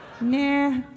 Nah